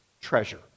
treasure